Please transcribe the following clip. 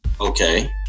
Okay